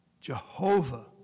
Jehovah